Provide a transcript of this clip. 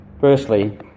Firstly